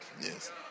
Yes